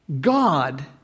God